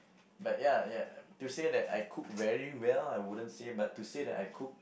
but ya ya to say that I cook very well I wouldn't say but to say that I cook